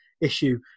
issue